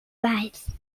weiß